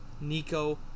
Nico